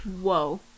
Whoa